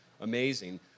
amazing